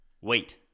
Wait